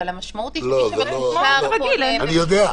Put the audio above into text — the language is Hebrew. אבל המשמעות היא שמי שמקושר פונה ומי שלא,